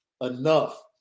enough